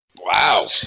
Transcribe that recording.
Wow